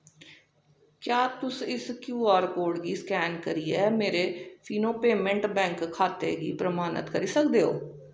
क्या तुस इस क्यू आर कोड गी स्कैन करियै मेरे फिनो पेमैंट बैंक खाते गी प्रमाणत करी सकदे ओ